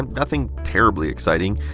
nothing terribly exciting.